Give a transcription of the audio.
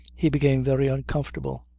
he became very uncomfortable.